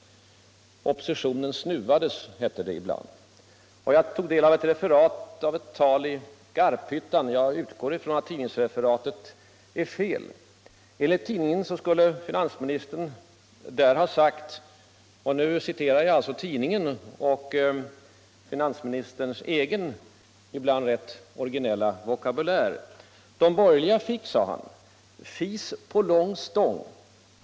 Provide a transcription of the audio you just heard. Oppositionen ”snuvades”, hette det ibland. Jag tog del av ett referat från Garphyttan. Jag utgår från att tidningsreferatet är rätt. Enligt tidningen skulle finansministern där ha sagt — jag citerar nu tidningen och finansministerns ibland rätt originella vokabulär: ”De borgerliga fick fis på lång stång.